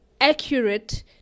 accurate